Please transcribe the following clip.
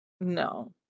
No